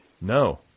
no